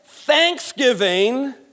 Thanksgiving